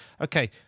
Okay